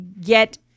get